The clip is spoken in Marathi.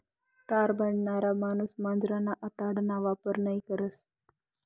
तार बनाडणारा माणूस मांजरना आतडाना वापर नयी करस